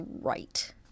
right